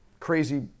crazy